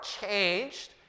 changed